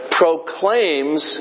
proclaims